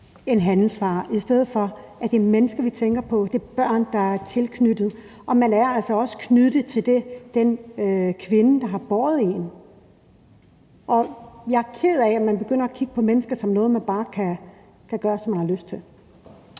en handelsvare, i stedet for at det er mennesker, vi tænker på, at det er børn, der er tilknyttet. Og man er altså også knyttet til den kvinde, der har båret en. Jeg er ked af, at man begynder at kigge på mennesker som noget, man bare kan gøre med, hvad man har lyst til.